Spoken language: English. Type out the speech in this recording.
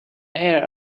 air